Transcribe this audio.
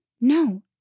No